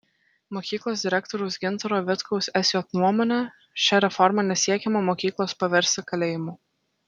mokyklos direktoriaus gintaro vitkaus sj nuomone šia reforma nesiekiama mokyklos paversti kalėjimu